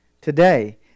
today